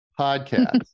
podcast